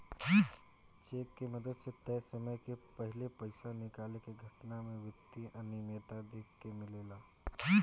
check के मदद से तय समय के पाहिले पइसा निकाले के घटना में वित्तीय अनिमियता देखे के मिलेला